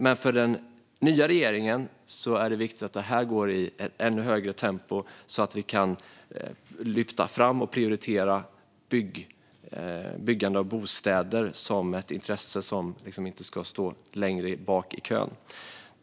Men för den nya regeringen är det viktigt att det här går i ännu högre tempo, så att vi kan lyfta fram och prioritera byggande av bostäder som ett intresse som inte ska stå längre bak i kön.